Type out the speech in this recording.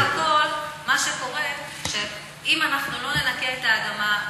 אבל בסך הכול מה שקורה הוא שאם אנחנו לא ננקה את האדמה,